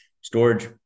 storage